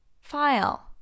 File